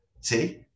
see